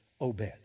Obed